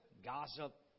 gossip